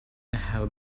have